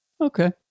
okay